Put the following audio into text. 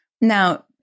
Now